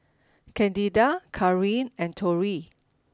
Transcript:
Candida Karin and Torey